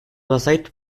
bazait